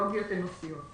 אפידמיולוגיות אנושיות.